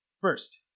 first